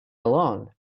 alone